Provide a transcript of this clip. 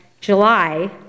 July